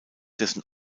dessen